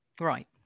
Right